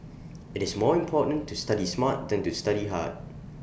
IT is more important to study smart than to study hard